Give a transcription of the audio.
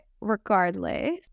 regardless